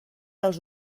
als